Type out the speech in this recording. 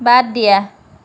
বাদ দিয়া